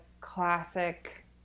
classic